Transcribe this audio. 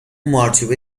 مارچوبه